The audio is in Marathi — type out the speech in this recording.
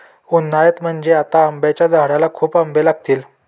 उन्हाळ्यात म्हणजे आता आंब्याच्या झाडाला खूप आंबे लागतील